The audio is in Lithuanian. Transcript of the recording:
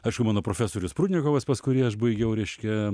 aišku mano profesorius prudnikovas pas kurį aš baigiau reiškia